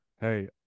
Hey